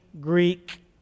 Greek